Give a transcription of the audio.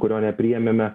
kurio nepriėmėme